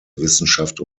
wissenschaft